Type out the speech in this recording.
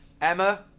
emma